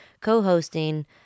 co-hosting